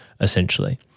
essentially